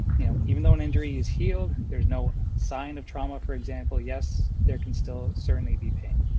you know, even though an injury is healed, there's no sign of trauma, for example, yes, there can still certainly be pain.